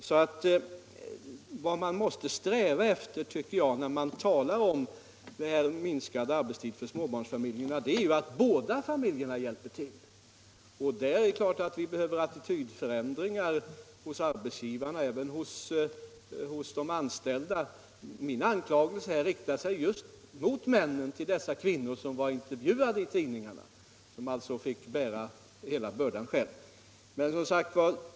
Vad man därför måste sträva efter när man talar om minskad arbetstid för småbarnsfamiljer är att båda föräldrarna deltar i arbetet med hemmet. Det är klart att det behövs attitydförändringar hos arbetsgivarna och även hos de anställda. Min anklagelse här riktar sig just mot männen till dessa kvinnor som blev intervjuade i tidningarna och som hemma fick bära hela bördan själva.